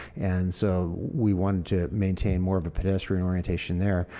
and so we wanted to maintain more of a pedestrian orientation there.